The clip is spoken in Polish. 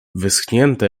wyschnięte